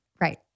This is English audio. Right